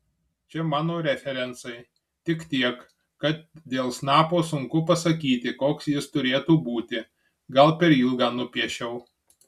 čia mano referencai tik tiek kad dėl snapo sunku pasakyti koks jis turėtų būti gal per ilgą nupiešiau